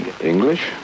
English